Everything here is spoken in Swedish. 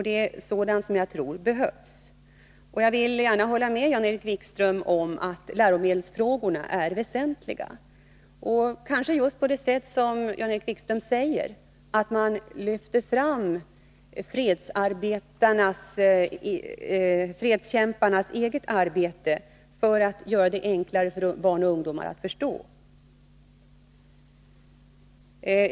Det är sådant material som jag tror behövs. Jag vill gärna hålla med Jan-Erik Wikström om att läromedelsfrågorna är väsentliga. Kanske skall man, på det sätt som Jan-Erik Wikström sade, lyfta fram fredskämparnas eget arbete för att göra det enklare för barn och ungdomar att förstå.